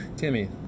Timmy